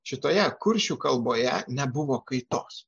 šitoje kuršių kalboje nebuvo kaitos